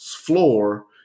floor